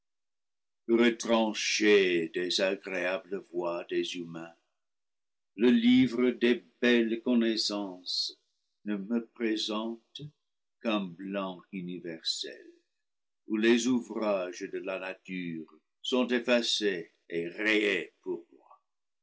retranché des agréables voies des humains le livre des belles connaissances ne me présente qu'un blanc universel où les ouvrages de la nature sont effacés et rayés pour moi